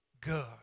good